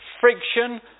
friction